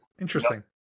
interesting